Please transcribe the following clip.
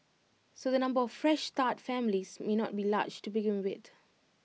so the number of Fresh Start families may not be large to begin with